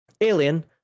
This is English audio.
Alien